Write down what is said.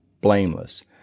blameless